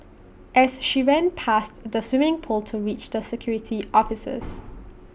as she ran past the swimming pool to reach the security officers